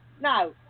Now